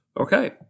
Okay